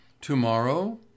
Tomorrow